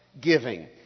giving